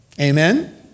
Amen